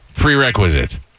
prerequisite